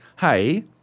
hey